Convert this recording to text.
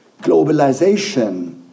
Globalization